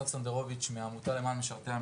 שמי אסף סנדרוביץ' מהעמותה למען משרתי המילואים.